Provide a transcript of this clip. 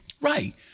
Right